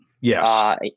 Yes